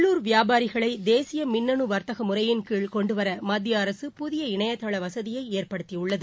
உள்ளூர் வியாபாரிகளை தேசிய மின்னணு வர்த்தக முறையின் கீழ் கொண்டுவர மத்திய அரசு புதிய இணையதள வசதியை ஏற்படுத்தியுள்ளது